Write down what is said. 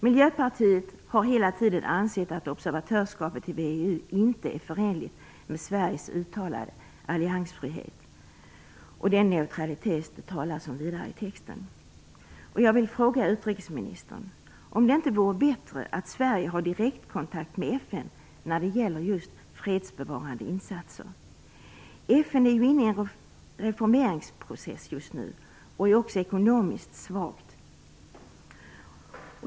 Miljöpartiet har hela tiden ansett att observatörsskapet i VEU inte är förenligt med Sveriges uttalade alliansfrihet och den neutralitet som det talas om i texten. Jag vill fråga utrikesministern om det inte vore bättre att Sverige har direktkontakt med FN när det gäller just fredsbevarande insatser. FN är ju inne i en reformeringsprocess just nu och är också ekonomiskt svagt.